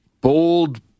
bold